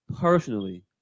Personally